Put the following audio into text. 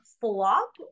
flop